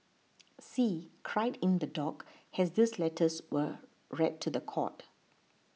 see cried in the dock as these letters were read to the court